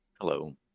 Hello